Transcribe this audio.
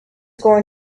going